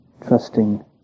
trusting